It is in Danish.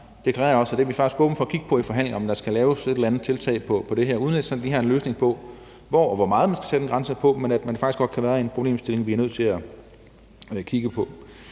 deklarere, at det er vi faktisk åbne over for at kigge på i forhandlingerne, altså om der skal laves et eller andet tiltag på det her område, uden at jeg sådan lige har en løsning på, hvor og på hvor meget grænsen skal være, men at der faktisk godt kan være en problemstilling, vi er nødt til at kigge på.